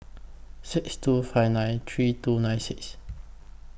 six two five nine three two nine six